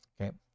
Okay